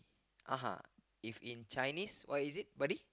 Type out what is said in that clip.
uh if in Chinese what is it buddy